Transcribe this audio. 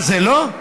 זה לא.